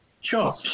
Sure